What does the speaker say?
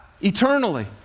eternally